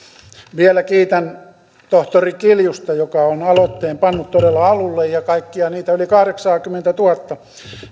vielä kiitän tohtori kiljusta joka on aloitteen pannut todella alulle ja kaikkia niitä yli kahdeksaakymmentätuhatta